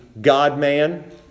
God-man